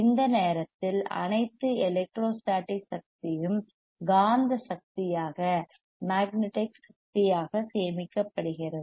அந்த நேரத்தில் அனைத்து எலெக்ட்ரோஸ்டாடிக் சக்தியும் காந்த சக்தியாக magnetic energy மக்நெடிக் சக்தி சேமிக்கப்படுகிறது